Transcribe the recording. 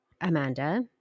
Amanda